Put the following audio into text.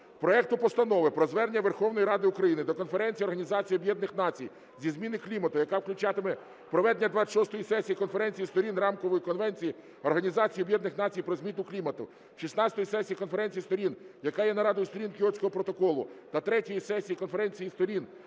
проекту Постанови про звернення Верховної Ради України до Конференції Організації Об'єднаних Націй зі зміни клімату, яка включатиме проведення 26-ї сесії Конференції Сторін Рамкової конвенції Організації Об'єднаних Націй про зміну клімату, 16-ї сесії Конференції Сторін, яка є нарадою Сторін Кіотського протоколу, та 3-ї сесії Конференції Сторін,